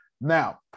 now